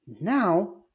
Now